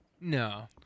No